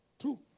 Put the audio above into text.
True